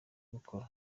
gukora